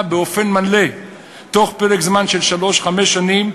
באופן מלא בתוך פרק זמן של שלוש חמש שנים,